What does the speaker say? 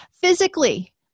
physically